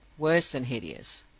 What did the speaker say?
worse than hideous!